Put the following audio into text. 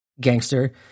gangster